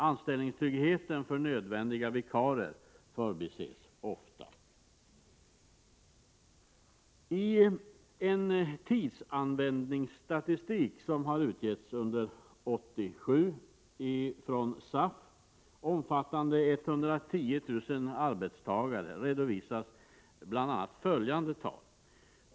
Anställningstryggheten för nödvändiga vikarier förbises ofta. I en tidsanvändningsstatistik som har utgetts av SAF under 1987 och som omfattar 110 000 arbetstagare redovisas bl.a. följande.